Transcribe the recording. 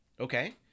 Okay